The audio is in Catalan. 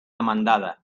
demandada